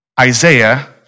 Isaiah